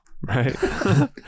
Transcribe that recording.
Right